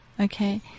Okay